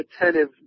attentive